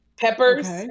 peppers